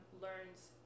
learns